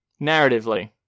Narratively